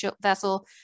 vessel